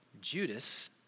Judas